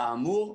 כאמור,